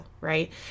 right